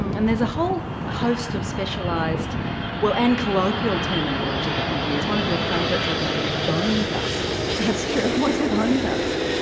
and there's a whole host of specialised well and colloquial terminology that you use. one of your favourites i gather is bone dust. that's true. what's and bone dust?